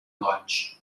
goig